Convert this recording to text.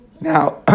Now